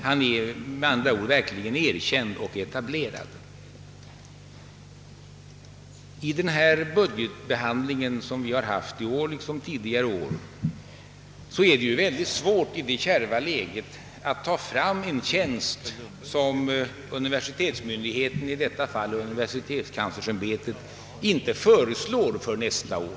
Han är med andra ord verkligt erkänd och etablerad. Under budgetbehandlingen i år har det liksom tidigare år varit mycket svårt, med det rådande kärva läget, att inrätta en tjänst som universitetsmyndigheten — i detta fall universitetskanslersämbetet — inte föreslår för nästa år.